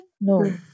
No